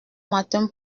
matin